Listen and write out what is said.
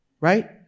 Right